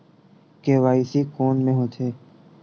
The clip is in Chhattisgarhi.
के.वाई.सी कोन में होथे?